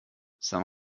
some